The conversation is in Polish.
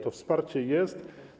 To wsparcie jest.